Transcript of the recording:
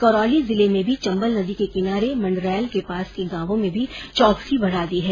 करौली जिले में भी चंबल नदी के किनारे मंडरायल के पास के गांव में भी चौकसी बढ़ा दी है